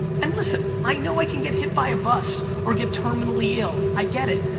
and listen, i know i can get hit by a bus or get terminally ill, i get it.